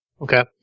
Okay